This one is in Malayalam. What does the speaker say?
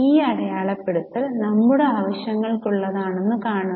ഈ അടയാളപ്പെടുത്തൽ നമ്മുടെ ആവശ്യങ്ങൾക്കുള്ളതാണെന്ന് കാണുക